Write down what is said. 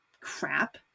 crap